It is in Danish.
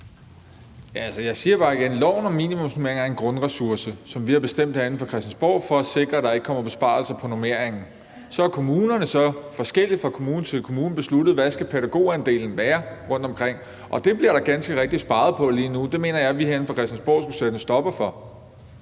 Jeg siger det bare igen: Loven om minimumsnormeringer er en grundressource, som vi har bestemt herinde fra Christiansborg, for at sikre, at der ikke kommer besparelser på normeringen. Så har kommunerne så, forskelligt fra kommune til kommune, besluttet, hvad pædagogandelen rundtomkring skal være, og det bliver der ganske rigtigt sparet på lige nu, og det mener jeg at vi herinde fra Christiansborg skulle sætte en stopper for.